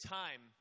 time